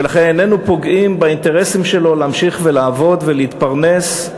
ולכן איננו פוגעים באינטרסים שלהם להמשיך לעבוד ולהתפרנס,